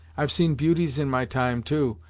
i've seen beauties in my time, too,